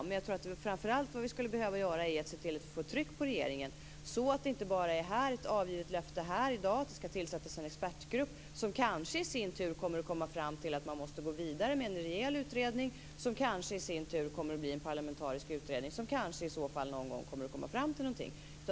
Men jag tror att det vi framför allt skulle behöva göra är att få tryck på regeringen så att det inte bara blir ett avgivet löfte här i dag om att det skall tillsättas en expertgrupp som kanske i sin tur kommer fram till att man måste gå vidare med en rejäl utredning som kanske i sin tur blir en parlamentarisk utredning som kanske i så fall någon gång kommer att komma fram till någonting.